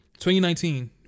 2019